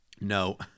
No